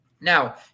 Now